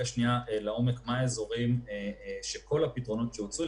אנחנו יודעם מה האזורים שבהם הפתרונות הוצעו.